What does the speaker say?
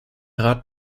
rat